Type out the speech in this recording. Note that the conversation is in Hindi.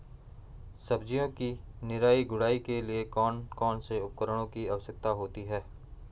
सब्जियों की निराई गुड़ाई के लिए कौन कौन से उपकरणों की आवश्यकता होती है?